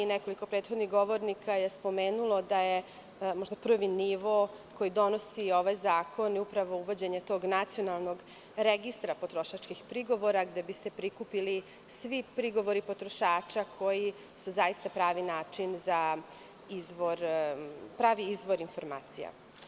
Nekoliko prethodnih govornika je spomenulo da je prvi nivo koji donosi ovaj zakon, upravo uvođenje tog nacionalnog registra potrošačkih prigovora da bi se prikupili prigovori potrošača koji su zaista pravi izvor informacija.